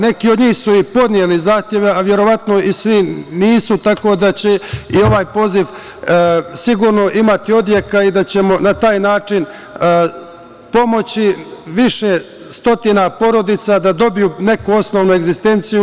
Neki od njih su i podneli zahteve, ali verovatno i nisu svi, tako da će i ovaj poziv sigurno imati odjeka i da ćemo na taj način pomoći više stotina porodica da dobiju neku osnovnu egzistenciju.